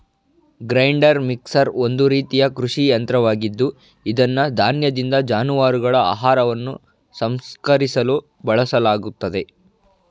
grinder mixer ಒಂದು ರೀತಿಯ ಕೃಷಿ ಯಂತ್ರವಾಗಿದ್ದು ಇದನ್ನು ಧಾನ್ಯದಿಂದ ಜಾನುವಾರುಗಳ ಆಹಾರವನ್ನು ಸಂಸ್ಕರಿಸಲು ಬಳಸಲಾಗ್ತದೆ